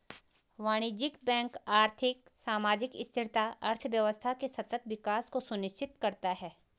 वाणिज्यिक बैंक आर्थिक, सामाजिक स्थिरता, अर्थव्यवस्था के सतत विकास को सुनिश्चित करता है